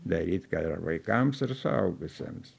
daryt ką ir vaikams ir suaugusiems